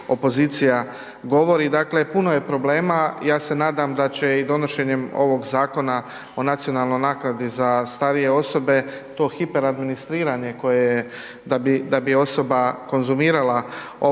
opozicija govori. Dakle, puno je problema, ja se nadam da će i donošenjem ovog Zakona o nacionalnoj naknadi za starije osobe to hiperadministriranje koje, da bi osoba konzumirala ova prava